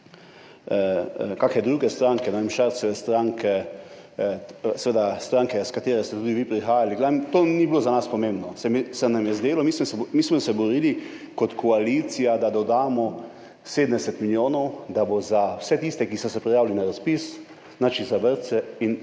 kakšne druge stranke, ne vem, Šarčeve stranke, stranke, iz katere ste tudi vi prihajali, v glavnem, to ni bilo za nas pomembno, se nam je zdelo, mi smo se borili kot koalicija, da dodamo 70 milijonov, da bo za vse tiste, ki so se prijavili na razpis, to je za vrtce in